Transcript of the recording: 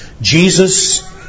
Jesus